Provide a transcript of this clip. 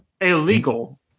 illegal